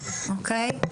אוקיי?